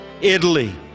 italy